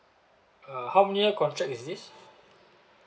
uh how many year contract is this